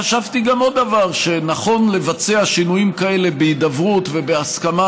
חשבתי גם עוד דבר: שנכון לבצע שינויים כאלה בהידברות ובהסכמה,